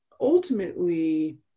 ultimately